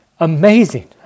Amazing